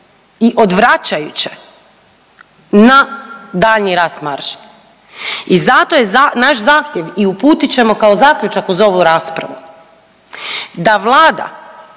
i odvračajuće na daljnji rast marži. I zato je naš zahtjev i uputit ćemo kao zaključak uz ovu raspravu da Vlada